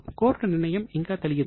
court నిర్ణయం ఇంకా తెలియదు